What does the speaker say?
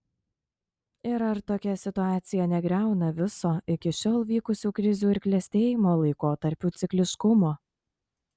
ir ar tokia situacija negriauna viso iki šiol vykusių krizių ir klestėjimo laikotarpių cikliškumo